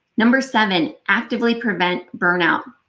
number seven actively prevent burnout.